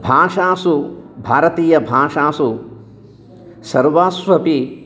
भाषासु भारतीयभाषासु सर्वास्वपि